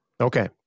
Okay